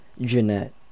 Jeanette